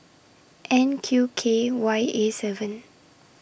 N Q K Y A seven